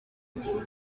kubasaba